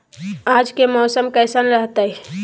आज के मौसम कैसन रहताई?